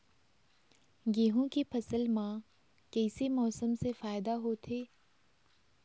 गेहूं के फसल म कइसे मौसम से फायदा होथे?